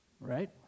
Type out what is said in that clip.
right